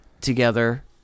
together